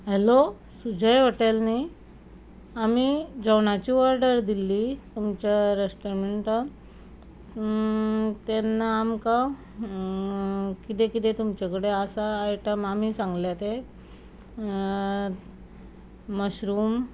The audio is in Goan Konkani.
हॅलो सुजय हॉटेल न्ही आमी जेवणाची वॉडर दिल्ली तुमच्या रॅश्टॉरमँटान तेन्ना आमकां किदें किदें तुमचे कडे आसा आयटम आमी सांगले ते मशरूम